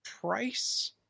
price